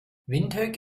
windhoek